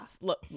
look